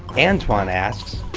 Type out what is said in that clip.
antoine asks,